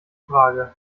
frage